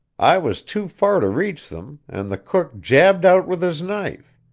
i was too far to reach them, and the cook jabbed out with his knife.